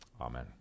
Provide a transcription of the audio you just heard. Amen